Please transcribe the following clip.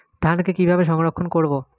ধানকে কিভাবে সংরক্ষণ করব?